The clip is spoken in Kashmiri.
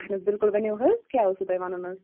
اَہن حظ بِلکُل ؤنِو حظ کیٛاہ اوسوُ تۄہہِ وَنُن حظ